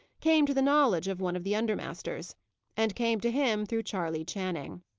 came to the knowledge of one of the under-masters and came to him through charley channing.